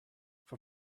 for